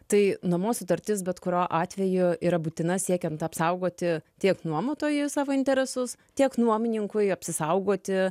tai nuomos sutartis bet kuriuo atveju yra būtina siekiant apsaugoti tiek nuomotojui savo interesus tiek nuomininkui apsisaugoti